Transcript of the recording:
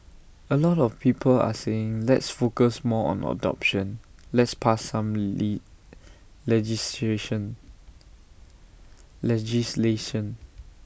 A lot of people are saying let's focus more on adoption let's pass some lee legislation legislation